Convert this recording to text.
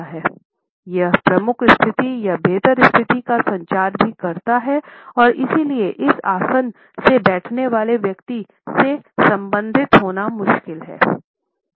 यह प्रमुख स्थिति या बेहतर स्थिति का संचार भी करता है और इसलिए इस आसन से बैठने वाले व्यक्ति से संबंधित होना मुश्किल है